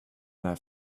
that